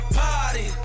party